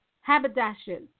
Haberdashers